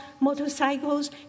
motorcycles